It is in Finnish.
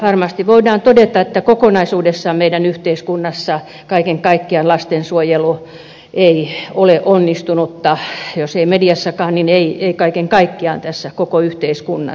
varmasti voidaan todeta että kokonaisuudessaan meidän yhteiskunnassamme kaiken kaikkiaan lastensuojelu ei ole onnistunutta jos ei mediassakaan niin ei kaiken kaikkiaan tässä koko yhteiskunnassa